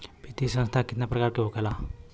वित्तीय संस्था कितना प्रकार क होला?